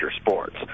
sports